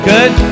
Good